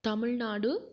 Tamil Nadu